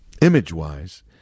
image-wise